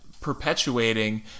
perpetuating